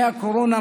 הזר.